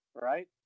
right